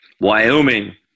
Wyoming